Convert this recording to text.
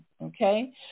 Okay